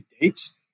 dates